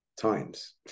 times